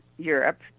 Europe